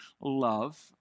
love